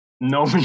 No